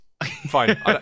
fine